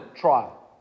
trial